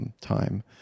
time